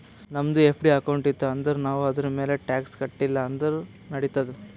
ನಮ್ದು FD account ಇತ್ತು ಅಂದುರ್ ನಾವ್ ಅದುರ್ಮ್ಯಾಲ್ ಟ್ಯಾಕ್ಸ್ ಕಟ್ಟಿಲ ಅಂದುರ್ ನಡಿತ್ತಾದ್